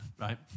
Right